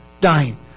dying